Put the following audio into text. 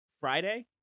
Friday